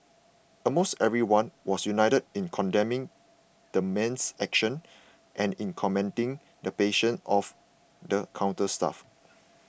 almost everyone was united in condemning the man's actions and in commending the patience of the counter staff